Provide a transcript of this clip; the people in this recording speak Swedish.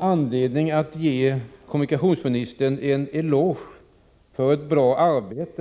anledning att ge kommunikationsministern en eloge för ett bra arbete.